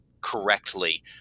correctly